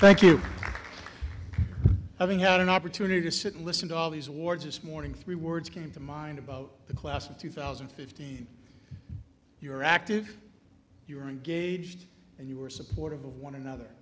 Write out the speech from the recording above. thank you having had an opportunity to sit and listen to all these awards this morning three words came to mind about the class of two thousand and fifteen you were active you were engaged and you were supportive of one another